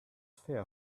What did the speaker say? fair